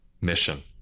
mission